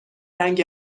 رنگ